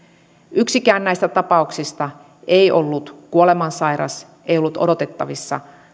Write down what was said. yksikään näistä tapauksista ei ollut kuolemansairas ei ollut odotettavissa